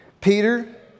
Peter